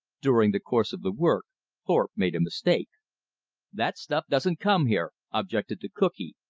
during the course of the work thorpe made a mistake. that stuff doesn't come here, objected the cookee,